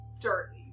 dirty